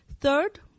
Third